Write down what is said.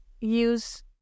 use